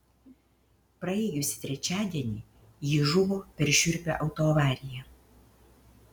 praėjusį trečiadienį ji žuvo per šiurpią autoavariją